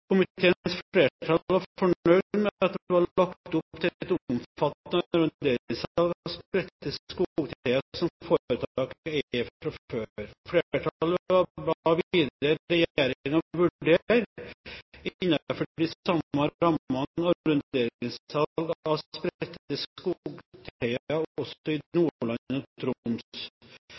Komiteens flertall var fornøyd med at det var lagt opp til et omfattende arronderingssalg av spredte skogteiger som foretaket eier fra før. Flertallet ba videre regjeringen vurdere, innenfor de samme rammene, arronderingssalg av spredte skogteiger også i Nordland og i Troms.